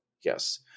Yes